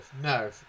no